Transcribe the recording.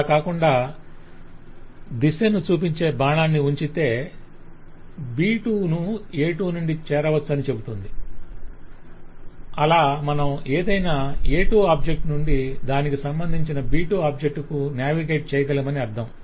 అలా కాకుండా దీశను చూపించే బాణాన్ని ఉంచితే B2 ను A2 నుండి చేరవచ్చు అని చెబుతుంది అలా మనం ఏదైనా A2 ఆబ్జెక్ట్ నుండి దానికి సంబంధించిన B2 ఆబ్జెక్ట్ కు నావిగేట్ చేయగలమని అర్ధం